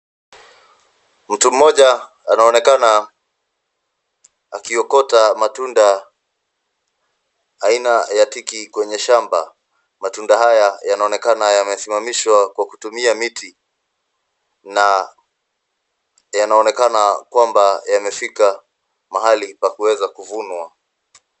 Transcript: Mtu mmoja anoanekana akiokota matunda aina ya tiki kwenye shamba matunda haya yanaonekana yamesimamishwa kwa kutimia miti na yanaonekana yamefika mahali pa kuweza kuvunwa.